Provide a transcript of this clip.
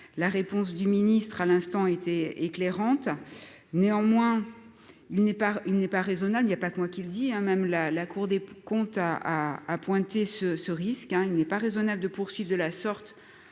la réponse du ministre à l'instant été éclairante, néanmoins il n'est pas, il n'est pas raisonnable, il n'y a pas que moi qui le dis, hein, même la la Cour des comptes a a pointé ce ce risque, hein, il n'est pas raisonnable de poursuite de la sorte